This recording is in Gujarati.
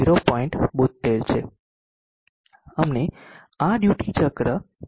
72 છે અમને આ ડ્યુટી ચક્ર 0